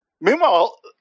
Meanwhile